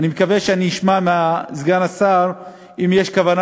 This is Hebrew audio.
ואני מקווה שאשמע מסגן השר אם יש כוונה